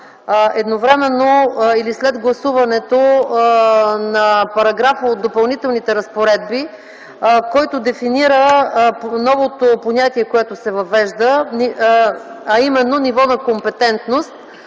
едновременно или след гласуването на параграфа от Допълнителните разпоредби, който дефинира новото понятие, което се въвежда, а именно „ниво на компетентност”